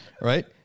right